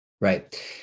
right